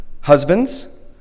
Husbands